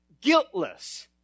guiltless